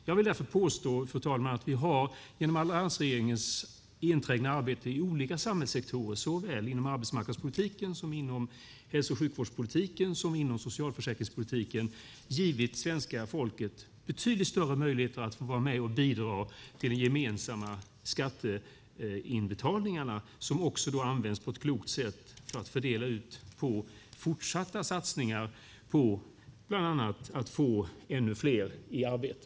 Jag vill därför påstå, fru talman, att vi genom alliansregeringens enträgna arbete i olika samhällssektorer, såväl inom arbetsmarknadspolitiken som inom hälso och sjukvårdspolitiken och socialförsäkringspolitiken, har givit svenska folket betydligt större möjligheter att få vara med och bidra till de gemensamma skatteinbetalningar som också används på ett klokt sätt till fortsatta satsningar för att bland annat få ännu fler i arbete.